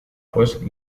pues